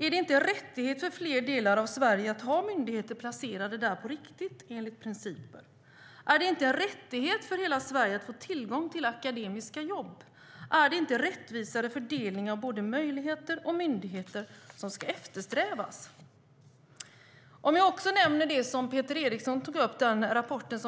Är det inte en rättighet för fler delar av Sverige att ha myndigheter placerade där på riktigt? Är det inte en rättighet för hela Sverige att få tillgång till akademiska jobb? Är det inte en rättvisare fördelning av både möjligheter och myndigheter som ska eftersträvas? Jag ska också nämna den rapport från Ekonomistyrningsverket som Peter Eriksson tog upp. Rapporten